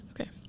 Okay